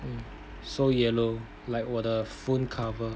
um so yellow like 我的 phone cover